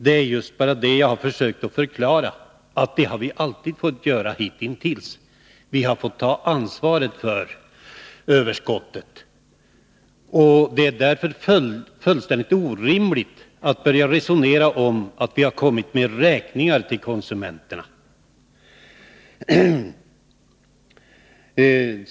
Det är just detta jag har försökt att förklara: att det har vi alltid fått göra hitintills. Vi har fått ta ansvaret för överskottet, och det är därför fullständigt orimligt att börja resonera om att vi har kommit med räkningar till konsumenterna.